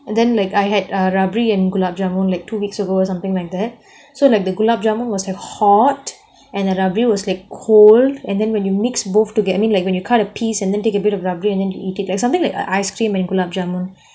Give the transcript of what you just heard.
and then like I had ah rabri and gulab jamun like two weeks ago or something like that so like the gulab jamun was like hot and the rabri was like cold and then when you mix both to I mean like when you cut a piece and then take a bit of rabri and then you eat it like something like ice-cream and gulab jamun